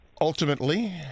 ultimately